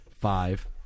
Five